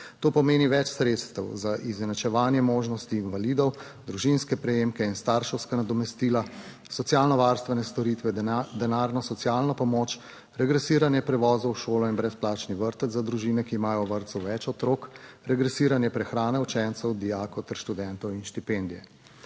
To pomeni več sredstev za izenačevanje možnosti invalidov, družinske prejemke in starševska nadomestila, socialno varstvene storitve, denarno socialno pomoč, regresiranje prevozov v šolo in brezplačni vrtec za družine, ki imajo v vrtcu več otrok, regresiranje prehrane učencev, dijakov ter študentov in štipendije.